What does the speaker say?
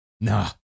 Nah